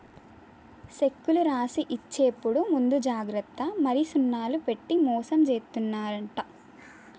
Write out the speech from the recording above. సెక్కులు రాసి ఇచ్చేప్పుడు ముందు జాగ్రత్త మరి సున్నాలు పెట్టి మోసం జేత్తున్నరంట